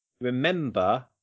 remember